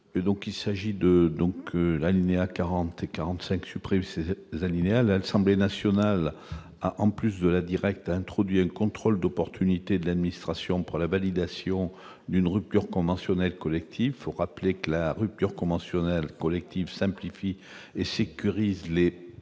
il s'agit de donc l'alinéa 40 et 45 supprimé, c'est des Alsemberg national en plus de la Direct introduit un contrôle d'opportunité de l'administration pour la validation d'une rupture conventionnelle collective pour rappeler que la rupture conventionnelle collective simplifie et sécurise les